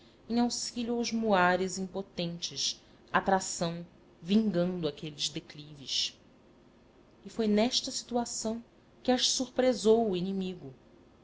em auxílio aos muares impotentes à tração vingando aqueles declives e foi nesta situação que as surpresou o inimigo